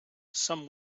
some